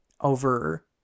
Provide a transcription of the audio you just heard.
over